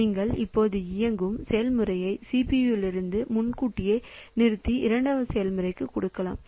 நீங்கள் தற்போது இயங்கும் செயல்முறையை CPU இலிருந்து முன்கூட்டியே நிறுத்தி இரண்டாவது செயல்முறைக்கு கொடுக்கலாம்